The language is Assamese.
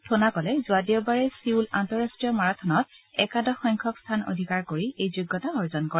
থ'নাকলে যোৱা দেওবাৰে ছিউল আন্তঃৰাষ্ট্ৰীয় মাৰাথনত একাদশ সংখ্যক স্থান অধিকাৰ কৰি এই যোগ্যতা অৰ্জন কৰে